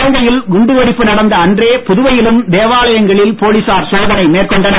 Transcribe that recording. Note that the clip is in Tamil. இலங்கையில் குண்டு வெடிப்பு நடந்த அன்றே புதுவையிலும் தேவாலயங்களில் போலீசார் சோதனை மேற்கொண்டனர்